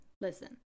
Listen